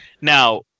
now